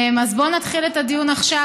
אז בוא נתחיל את הדיון עכשיו.